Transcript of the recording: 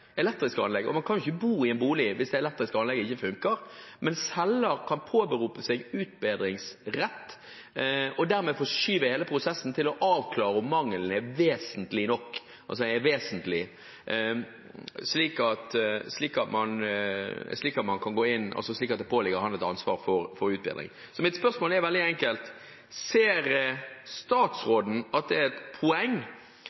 elektriske anlegg. Man kan ikke bo i en bolig der det elektriske anlegget ikke fungerer, men selger kan påberope seg utbedringsrett og dermed forskyve hele prosessen med å avklare om mangelen er vesentlig, slik at det pålegger selger et ansvar for utbedring. Mitt spørsmål er veldig enkelt: Ser